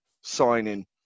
signing